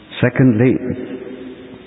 Secondly